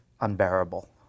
unbearable